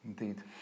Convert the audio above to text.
Indeed